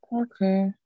Okay